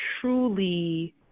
truly